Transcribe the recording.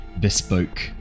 bespoke